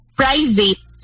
private